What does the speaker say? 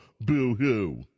boo-hoo